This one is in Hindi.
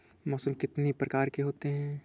मौसम कितनी प्रकार के होते हैं?